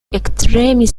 ektremis